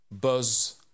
Buzz